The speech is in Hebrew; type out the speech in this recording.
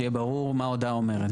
שיהיה ברור מה ההודעה אומרת,